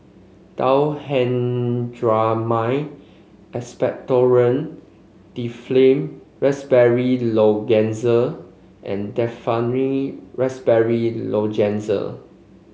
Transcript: Diphenhydramine Expectorant Difflam Raspberry Lozenges and Difflam Raspberry Lozenges